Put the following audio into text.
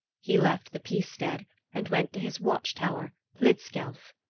he left the peace stead and went to his watchtower hlidskjalf.